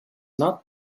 not